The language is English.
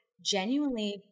genuinely